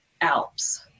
Alps